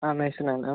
ആ മെയ്സൺ